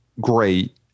great